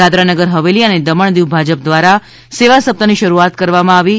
દાદરા નગર હવેલી અને દમણ દીવ ભાજપ દ્વારા સેવા સપ્તાહની શરૂઆત કરવામાં આવી છે